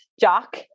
jock